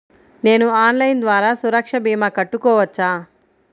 నేను ఆన్లైన్ ద్వారా సురక్ష భీమా కట్టుకోవచ్చా?